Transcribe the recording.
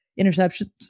interceptions